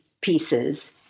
pieces